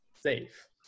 safe